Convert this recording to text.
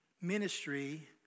ministry